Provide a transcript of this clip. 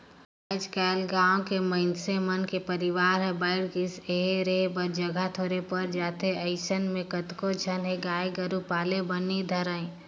आयज कायल गाँव के मइनसे मन के परवार हर बायढ़ गईस हे, रहें बर जघा थोरहें पर जाथे अइसन म कतको झन ह गाय गोरु पाले बर नइ धरय